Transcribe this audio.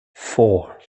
four